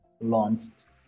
launched